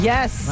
Yes